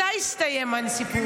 מתי יסתיים הסיפור?